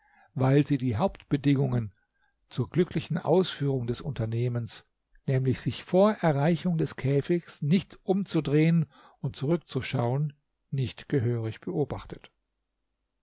weil sie die hauptbedingungen zur glücklichen ausführung des unternehmens nämlich sich vor erreichung des käfigs nicht umzudrehen und zurückzuschauen nicht gehörig beobachtet